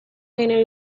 genero